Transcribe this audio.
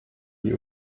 hier